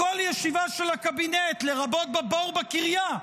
מכל ישיבה של הקבינט, לרבות בבור בקריה,